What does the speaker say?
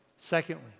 Secondly